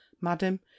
madam